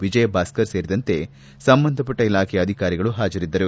ವಿಜಯಭಾಸ್ಕರ್ ಸೇರಿದಂತೆ ಸಂಬಂಧಪಟ್ಟ ಇಲಾಖೆಯ ಅಧಿಕಾರಿಗಳು ಹಾಜರಿದ್ದರು